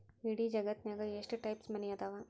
ಇಡೇ ಜಗತ್ತ್ನ್ಯಾಗ ಎಷ್ಟ್ ಟೈಪ್ಸ್ ಮನಿ ಅದಾವ